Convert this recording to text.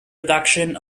reduction